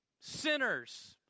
sinners